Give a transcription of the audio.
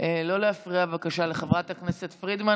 לא להפריע בבקשה לחברת הכנסת פרידמן.